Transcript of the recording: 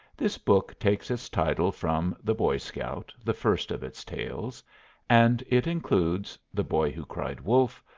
this book takes its title from the boy scout, the first of its tales and it includes the boy who cried wolf,